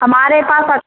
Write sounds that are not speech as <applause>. हमारे पास <unintelligible>